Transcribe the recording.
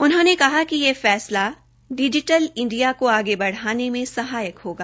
उन्होंने कहा कि यह फैसला डिजीटल इंडिया को आगे बढ़ाने में सहायक होगा